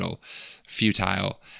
futile